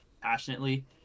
passionately